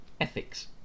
ethics